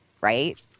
right